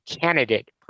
candidate